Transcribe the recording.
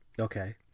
Okay